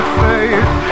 faith